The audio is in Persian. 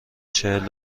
چهل